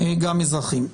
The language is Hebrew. גם אזרחיים.